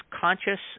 conscious